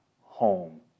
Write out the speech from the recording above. home